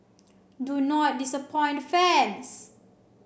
do not disappoint the fans